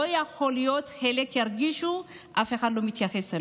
לא יכול להיות שחלק ירגישו שאף לא מתייחס אליהם.